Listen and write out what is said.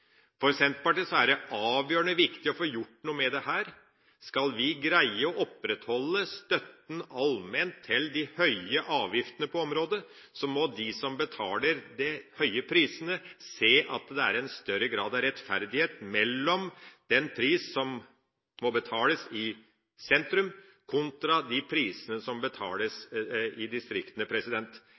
For Senterpartiet er det avgjørende viktig å få gjort noe med dette. Skal vi greie å opprettholde støtten allment til de høye avgiftene på området, må de som betaler de høye prisene, se at det er en større grad av rettferdighet mellom de prisene som må betales i sentrum, kontra de prisene som betales i distriktene.